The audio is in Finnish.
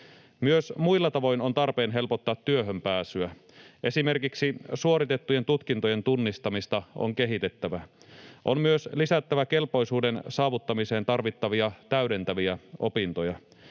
Myös muilla tavoin on tarpeen helpottaa työhön pääsyä. Esimerkiksi suoritettujen tutkintojen tunnistamista on kehitettävä. On myös lisättävä kelpoisuuden saavuttamiseen tarvittavia täydentäviä opintoja.